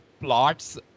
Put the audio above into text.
plots